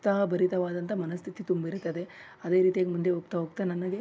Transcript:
ಉತ್ಸಾಹಭರಿತವಾದಂಥ ಮನಸ್ಥಿತಿ ತುಂಬಿರುತ್ತದೆ ಅದೇ ರೀತಿಯಾಗಿ ಮುಂದೆ ಹೋಗ್ತ ಹೋಗ್ತ ನನಗೆ